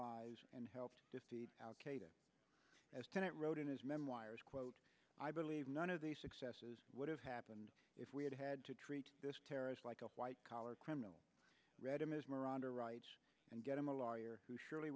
lives and helped defeat al qaeda as tenet wrote in his memoirs quote i believe none of these successes would have happened if we had had to treat this terrorist like a white collar criminal read him his miranda rights and get him a lawyer who surely